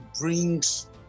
brings